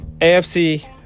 AFC